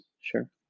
Sure